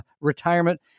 retirement